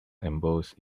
embossed